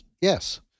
Yes